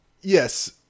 yes